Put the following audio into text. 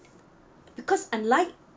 because unlike